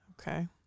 okay